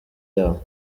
yabo